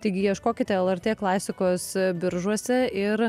taigi ieškokite lrt klasikos biržuose ir